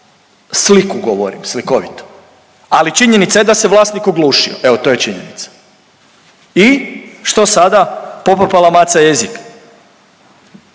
sliku govorim, slikovito, ali činjenica je da se vlasnik oglušio, evo to je činjenica. I što sada, popapala maca jezik.